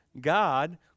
God